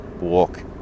walk